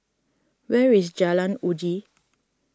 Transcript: where is Jalan Uji